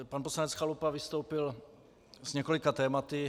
Pan poslanec Chalupa vystoupil s několika tématy.